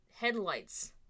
headlights